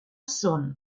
són